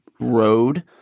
road